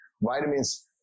vitamins